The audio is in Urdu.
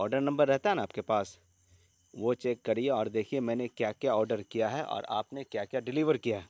آڈر نمبر رہتا ہے نا آپ کے پاس وہ چیک کریے اور دیکھیے میں نے کیا کیا آڈر کیا ہے اور آپ نے کیا کیا ڈیلیور کیا ہے